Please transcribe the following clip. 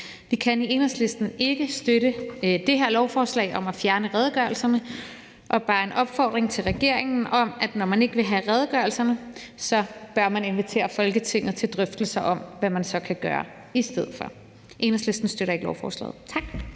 Vi kan i Enhedslisten ikke støtte det her lovforslag om at fjerne redegørelsen, og vi vil bare sende en opfordring til regeringen om, at når man ikke vil have redegørelserne, så bør man invitere Folketingets partier til drøftelser om, hvad man så kan gøre i stedet for. Enhedslisten støtter ikke lovforslaget. Kl.